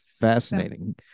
fascinating